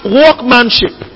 workmanship